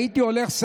והייתי הולך,